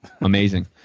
Amazing